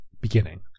beginning